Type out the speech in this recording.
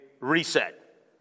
reset